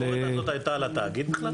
--- הביקורת הזאת הייתה על התאגיד בכלל?